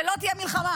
ולא תהיה מלחמה.